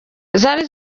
zari